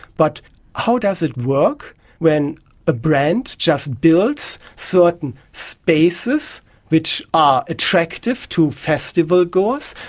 but how does it work when a brand just builds certain spaces which are attractive to festivalgoers?